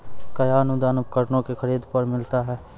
कया अनुदान उपकरणों के खरीद पर मिलता है?